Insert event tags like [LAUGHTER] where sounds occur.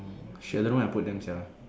[NOISE] shit I don't know where I put them sia